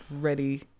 ready